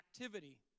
activity